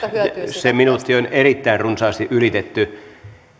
se minuutti on erittäin runsaasti ylitetty